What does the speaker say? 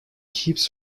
keeps